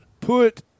put